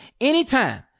anytime